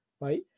right